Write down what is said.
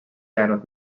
jäänud